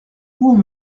coup